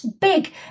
big